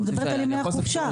אני מדברת על ימי החופשה.